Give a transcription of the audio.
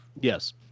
yes